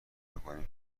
بکنیم